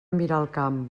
miralcamp